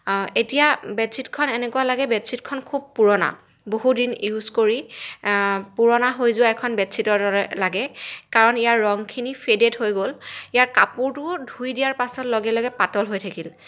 এতিয়া বেডশ্বীটখন এনেকুৱা লাগে বেডশ্বীটখন খুব পুৰণা বহু দিন ইউজ কৰি পুৰণা হৈ যোৱা এখন বেডশ্বীটৰ দৰে লাগে কাৰণ ইয়াৰ ৰংখিনি ফেডেড হৈ গ'ল ইয়াৰ কাপোৰটোও ধুই দিয়াৰ পাছত লগে লগে পাতল হৈ থাকিল